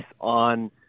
on